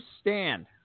stand